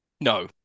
No